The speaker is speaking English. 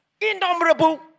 innumerable